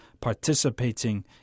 participating